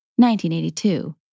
1982